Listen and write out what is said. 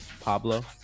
Pablo